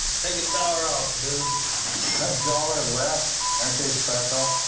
take a dollar off, fool. a dollar and less? aren't they special?